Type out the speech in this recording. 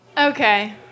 Okay